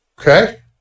Okay